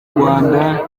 rwanda